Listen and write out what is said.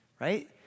right